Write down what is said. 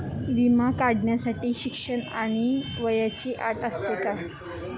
विमा काढण्यासाठी शिक्षण आणि वयाची अट असते का?